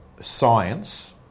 science